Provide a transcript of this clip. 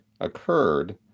occurred